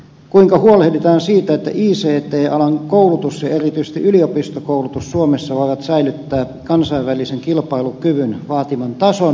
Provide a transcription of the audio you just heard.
kuinka huolehditaan siitä että ict alan koulutus ja erityisesti yliopistokoulutus suomessa voivat säilyttää kansainvälisen kilpailukyvyn vaatiman tason